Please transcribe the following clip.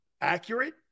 Accurate